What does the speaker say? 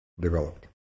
developed